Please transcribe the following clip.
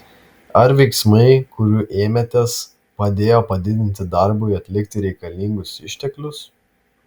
ar veiksmai kurių ėmėtės padėjo padidinti darbui atlikti reikalingus išteklius